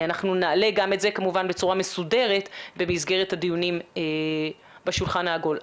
אנחנו נעלה גם את זה כמובן בצורה מסודרת במסגרת הדיונים בשולחן העגול.